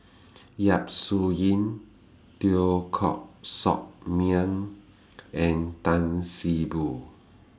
Yap Su Yin Teo Koh Sock Miang and Tan See Boo